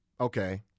Okay